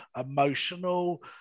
emotional